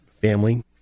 family